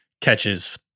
catches